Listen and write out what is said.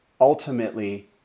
Ultimately